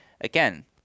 again—